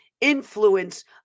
influence